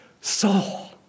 soul